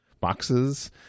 boxes